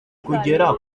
kugera